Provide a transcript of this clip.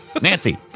Nancy